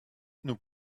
nous